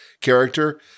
character